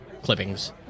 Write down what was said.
Clippings